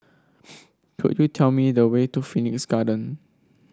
could you tell me the way to Phoenix Garden